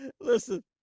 listen